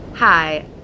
Hi